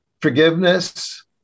forgiveness